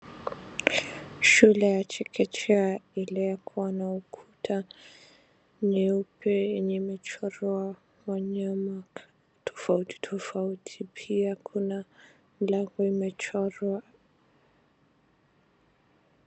Shule ya chekechea ile iko na ukuta nyeupe yenye michoro ya wanyama tofauti tofauti. Pia kuna mlango imechorwa.